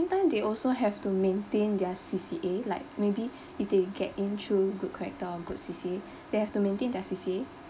time they also have to maintain their C_C_A like maybe if they get in through good character or good C_C_A they have to maintain their C_C_A